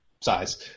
Size